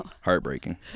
Heartbreaking